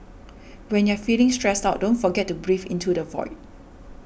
when you are feeling stressed out don't forget to breathe into the void